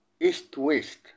east-west